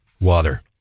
Water